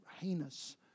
heinous